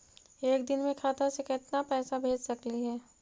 एक दिन में खाता से केतना पैसा भेज सकली हे?